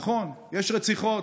נכון, יש רציחות,